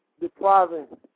depriving